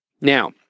Now